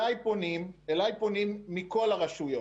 אלי פונים מכל הרשויות.